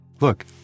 Look